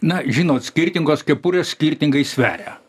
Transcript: na žinot skirtingos kepurės skirtingai sveria